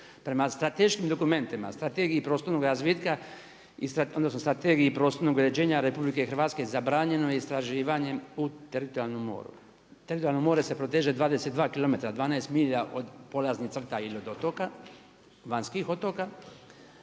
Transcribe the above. Prema strateškim dokumentima, Strategiji prostornog razvitka odnosno Strategiji prostornog uređenja RH zabranjeno je istraživanje u teritorijalnom moru. Teritorijalno more se proteže 22 km, 12 milja od polaznih crta ili od otoka, vanjskih otoka.